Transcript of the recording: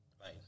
Right